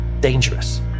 dangerous